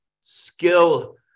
skill